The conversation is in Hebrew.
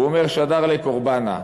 הוא אומר: שדר להו קורבנא,